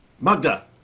Magda